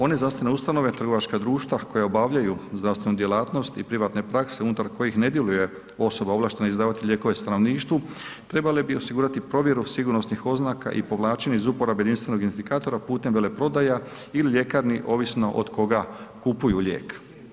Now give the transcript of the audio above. One zdravstvene ustanove, trgovačka društva koje obavljaju zdravstvenu djelatnost i privatne prakse unutar kojih ne djeluje osoba ovlaštena izdavati lijekove stanovništvu trebale bi osigurati provjeru sigurnosnih oznaka i povlačenje iz uporabe jedinstvenog identifikatora putem veleprodaja ili ljekarni ovisno od koga kupuju lijek.